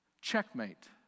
checkmate